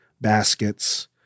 baskets